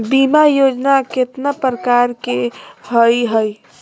बीमा योजना केतना प्रकार के हई हई?